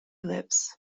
lips